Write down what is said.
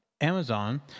Amazon